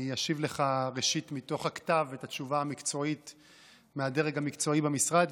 אני אשיב לך ראשית מתוך הכתב את התשובה המקצועית מהדרג המקצועי במשרד,